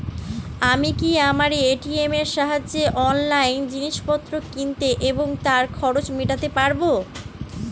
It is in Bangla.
আমি কি আমার এ.টি.এম এর সাহায্যে অনলাইন জিনিসপত্র কিনতে এবং তার খরচ মেটাতে পারব?